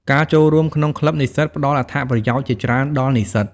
ការចូលរួមក្នុងក្លឹបនិស្សិតផ្តល់អត្ថប្រយោជន៍ជាច្រើនដល់និស្សិត។